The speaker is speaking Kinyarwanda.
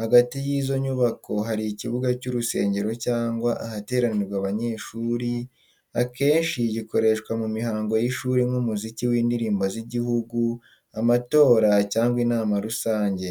Hagati y’izo nyubako hari ikibuga cy’urusengero cyangwa ahateranirwa abanyeshuri, akenshi gikoreshwa mu mihango y’ishuri nk’umuziki w’indirimbo z’igihugu, amanota, cyangwa inama rusange.